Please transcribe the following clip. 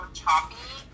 choppy